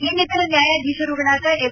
ಇನ್ನಿತರ ನ್ಲಾಯಾಧೀಶರುಗಳಾದ ಎಂ